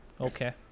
Okay